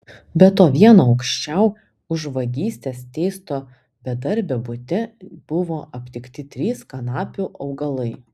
be to vieno anksčiau už vagystes teisto bedarbio bute buvo aptikti trys kanapių augalai